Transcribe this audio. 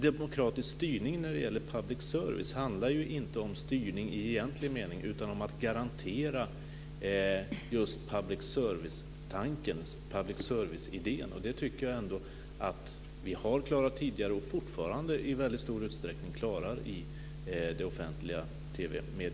Demokratisk styrning när det gäller public service handlar ju inte om styrning i egentlig mening, utan om att garantera just public service-tanken, public service-idén. Jag tycker att vi har klarat det tidigare och fortfarande i väldigt stor utsträckning klarar det i det offentliga TV-mediet.